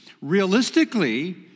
Realistically